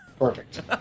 perfect